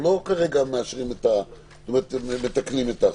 אנחנו לא כרגע מתקנים את החוק.